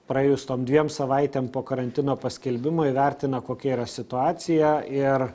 praėjus tom dviem savaitėm po karantino paskelbimo įvertina kokia yra situacija ir